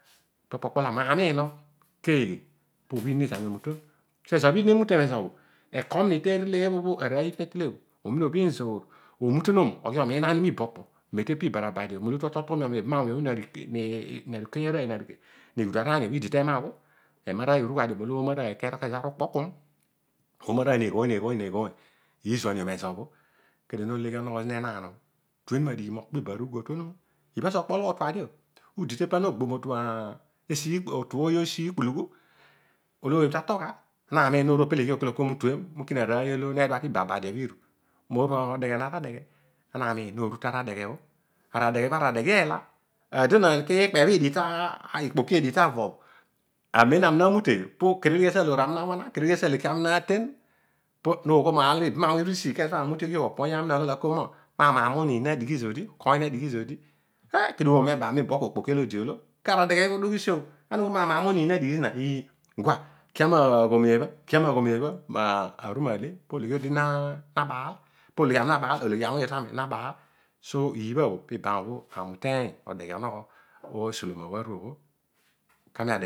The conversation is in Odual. Ipa pokpolo ami na miinoghi ibanneghe ubhinini zami omutiom akom ni te nelle bho aroiy iibha neteilebho omin obhim zoor omution oghi omiin ami mokpo tepa ibarabadi lo otu otughumiom aani mibamawuny nanikenya aroiy nighudu araani obho idi tema bho ema aroiy omghadio molo ooma aroiy kero zezo bho aru ukpokumi oomaroiy neeghoiy neeghoiy iizuangadio mezobhoi udi tepa no gbo motu esi iikpulnghu olo ooy ta tolgha anaamiin nooru opeleghi okol tue kina aroiy olo needua tibadabi bho etu modeghian ara adeghe ama deghe bho adeghe eela aadonaan kiikpebho edigh ikpoki edigh tavo ezobho ami urele na mute kere ezo aloor ami na wana po nogho marr lo ibam wuuyn tele kezo bho ami umut uruo obamoiy ami naaghol aamam omiin nadigh zodi kedio ooma ebami ekpo okpoki olodi oolo kara adegh ubha uru usiobho ana ughol ma amaamoniin nadighi zina eegua kia ma gho meebha kia magho meebha pologhi odi nabaal ologhi ami na baal so iibha bho pibam obho ami uteiy odeghe onogho isoloma bho aruobho kami adeghe